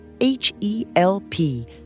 H-E-L-P